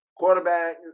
quarterback